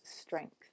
strength